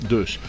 Dus